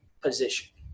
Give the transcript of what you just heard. position